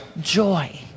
joy